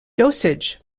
dosage